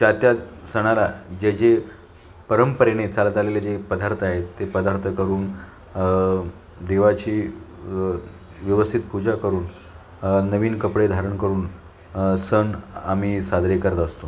त्या त्या सणाला जे जे परंपरेने चालत आलेले जे पदार्थ आहेत ते पदार्थ करून देवाची व्यवस्थित पूजा करून नवीन कपडे धारण करून सण आम्ही साजरे करत असतो